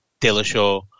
Dillashaw